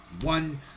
one